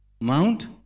mount